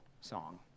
song